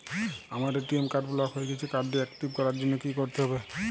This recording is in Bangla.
আমার এ.টি.এম কার্ড ব্লক হয়ে গেছে কার্ড টি একটিভ করার জন্যে কি করতে হবে?